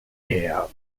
her